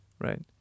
right